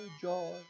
joy